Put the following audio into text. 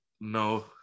No